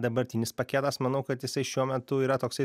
dabartinis paketas manau kad jisai šiuo metu yra toksai